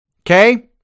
Okay